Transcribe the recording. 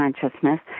consciousness